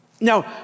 Now